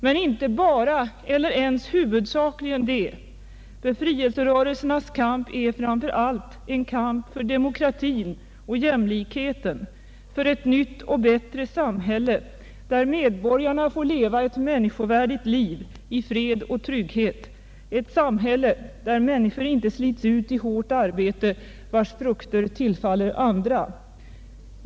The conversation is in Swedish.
Men inte bara eller ens huvudsakligen det. Befrielserörelsernas kamp är framför allt en kamp för demokratin och jämlikheten, för ett nytt och bättre samhälle, där medborgarna får leva ett människovärdigt liv i fred och trygghet, ett samhälle där människor inte slits ut i hårt arbete vars frukter tillfaller andra.